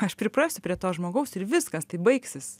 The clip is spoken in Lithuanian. aš priprasiu prie to žmogaus ir viskas tai baigsis